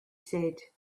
said